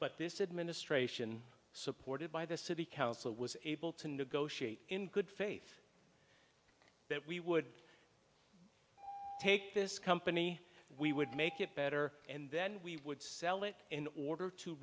but this administration supported by the city council was able to negotiate in good faith that we would take this company we would make it better and then we would sell it in order to